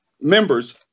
members